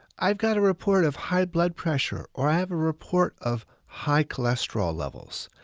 i've got a report of high blood pressure, or i have a report of high cholesterol levels.